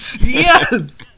Yes